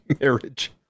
marriage